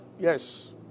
Yes